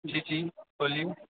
जी जी बोलिए